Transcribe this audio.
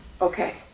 Okay